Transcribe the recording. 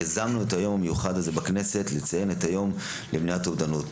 יזמנו את היום המיוחד הזה בכנסת לציון יום למניעת אובדנות.